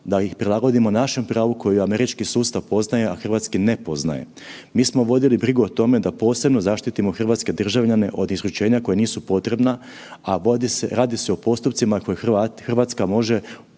da ih prilagodimo našem pravu koji američki sustav poznaje, a hrvatski ne poznaje. Mi smo vodili brigu o tome da posebno zaštitimo hrvatske državljane od isključenja koja nisu potrebna, a radi se o postupcima koje Hrvatska može provesti